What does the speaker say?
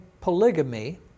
polygamy